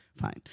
fine